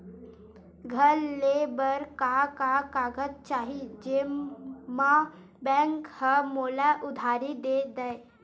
घर ले बर का का कागज चाही जेम मा बैंक हा मोला उधारी दे दय?